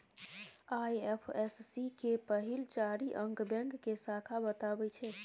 IFSC केर पहिल चारि अंक बैंक के शाखा बताबै छै